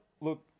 look